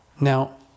Now